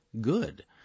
good